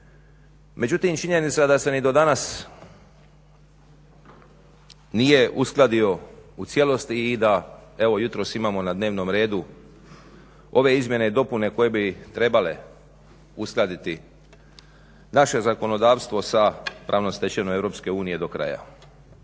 Međutim, činjenica da se ni do danas nije uskladio u cijelosti i da evo jutros imamo na dnevnom redu ove izmjene i dopune koje bi trebale uskladiti naše zakonodavstvo sa pravnom stečevinom EU do kraja.